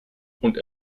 und